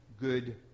good